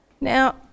Now